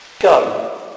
Go